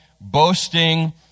boasting